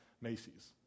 Macy's